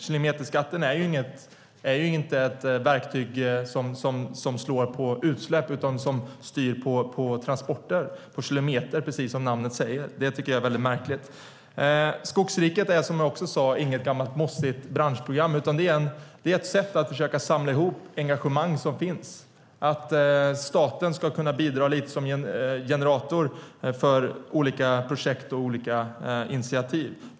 Kilometerskatten är inget verktyg som slår mot utsläpp utan mot transporter, mot kilometer, precis som namnet säger. Det tycker jag är väldigt märkligt. Skogsriket är som jag sade inget gammalt mossigt branschprogram. Det är ett sätt att försöka samla engagemang som finns. Staten ska kunna bidra som en generator för olika projekt och initiativ.